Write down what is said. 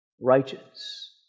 righteous